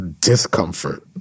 discomfort